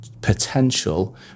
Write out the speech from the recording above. potential